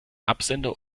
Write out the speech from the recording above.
absender